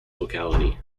locality